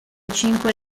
cinque